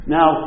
Now